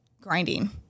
grinding